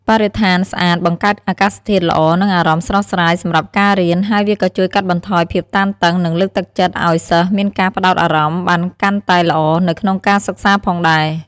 បរិស្ថានស្អាតបង្កើតអាកាសធាតុល្អនឹងអារម្មណ៍ស្រស់ស្រាយសម្រាប់ការរៀន ហើយវាក៏ជួយកាត់បន្ថយភាពតានតឹង និងលើកទឹកចិត្តឲ្យសិស្សមានការផ្ដោតអារម្មណ៍បានកាន់តែល្អនៅក្នុងការសិក្សាផងដែរ។